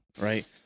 right